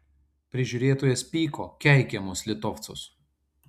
prižiūrėtojas pyko keikė mus litovcus